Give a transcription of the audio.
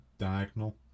diagonal